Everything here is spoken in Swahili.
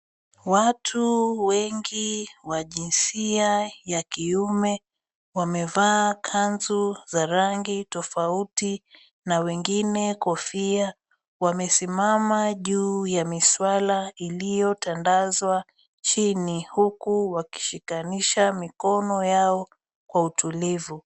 Watu wengi wa jinsia ya kiume wamevaa kanzu za rangi tofauti, na wengine kofia. Wamesimama juu ya miswala iliyo tandazwa chini huku wakishikanisha mikono yao kwa utulivu.